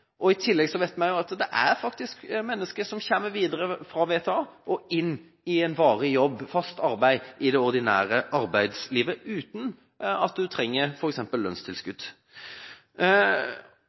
I tillegg vet vi at det er mennesker som kommer videre fra VTA og inn i en varig jobb, fast arbeid, i det ordinære arbeidslivet, uten at man trenger f.eks. lønnstilskudd.